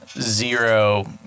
zero